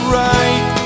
right